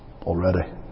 already